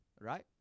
right